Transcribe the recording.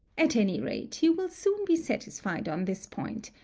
at any rate, you will soon be satisfied on this point,